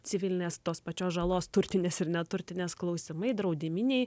civilinės tos pačios žalos turtinės ir neturtinės klausimai draudiminiai